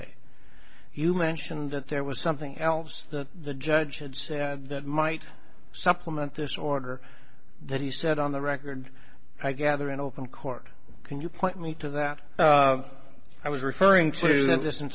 a you mentioned that there was something else that the judge had said that might supplement this order that he said on the record i gather in open court can you point me to that i was referring to this in